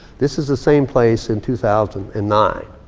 this is the same place in two thousand and nine.